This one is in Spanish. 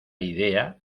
idea